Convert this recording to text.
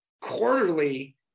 quarterly